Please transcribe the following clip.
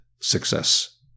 success